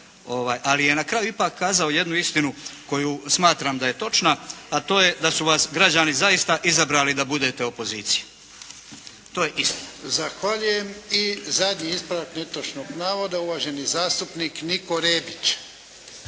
Ali je na kraju ipak kazao jednu istinu koju smatram da je točna, a to je da su vas građani zaista izabrali da budete opozicija. To je istina. **Jarnjak, Ivan (HDZ)** Zahvaljujem. I zadnji ispravak netočnog navoda uvaženi zastupnik Niko Rebić.